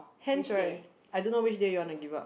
hence right I don't know which day you wanna give up